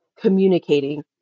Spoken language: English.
communicating